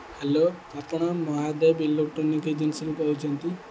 hello ଆପଣ Mahadev electronic ଏଜେନ୍ସିରୁ କହୁଛନ୍ତି